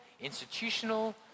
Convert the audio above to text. institutional